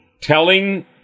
Telling